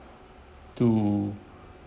to